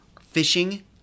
fishing